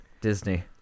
Disney